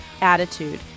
attitude